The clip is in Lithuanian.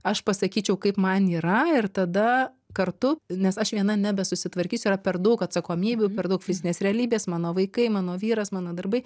aš pasakyčiau kaip man yra ir tada kartu nes aš viena nebesusitvarkysiu yra per daug atsakomybių per daug fizinės realybės mano vaikai mano vyras mano darbai